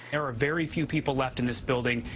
there are very few people left in this building,